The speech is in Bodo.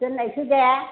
दोननायसै दे